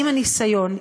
עם הניסיון,